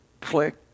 click